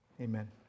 Amen